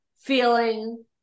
feeling